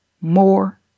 more